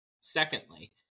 Secondly